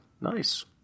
Nice